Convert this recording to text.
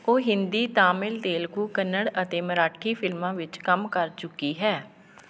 ਉਹ ਹਿੰਦੀ ਤਾਮਿਲ ਤੇਲਗੂ ਕੰਨੜ ਅਤੇ ਮਰਾਠੀ ਫਿਲਮਾਂ ਵਿੱਚ ਕੰਮ ਕਰ ਚੁੱਕੀ ਹੈ